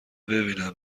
ببینم